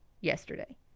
yesterday